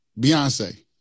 Beyonce